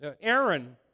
Aaron